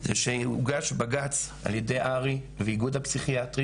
זה שהוגש בג"צ על ידי הר"י והאיגוד הפסיכיאטרי